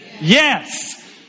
Yes